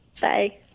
Bye